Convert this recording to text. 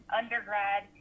undergrad